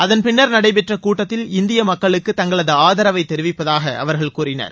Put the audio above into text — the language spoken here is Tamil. அதன் பின்னர் நடைபெற்ற கூட்டத்தில் இந்திய மக்களுக்கு தங்களது ஆதரவை தெரிவிப்பதாக அவர்கள் கூறினர்